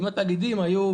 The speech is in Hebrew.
אם התאגידים היו,